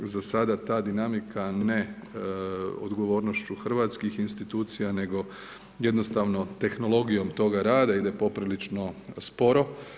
Za sada ta dinamika ne odgovornošću hrvatskih institucija, nego jednostavno tehnologijom toga rada ide poprilično sporo.